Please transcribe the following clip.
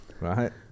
right